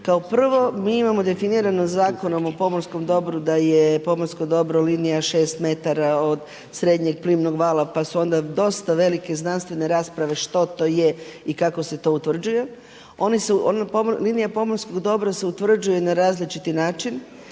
Kao prvo, mi imamo definirano Zakonom o pomorskom dobru da je pomorsko dobro linija šest metara od srednjeg plimnog vala pa su onda dosta velike znanstvene rasprave što to je i kako se to utvrđuje. Linija pomorskog dobra se utvrđuje na različiti način,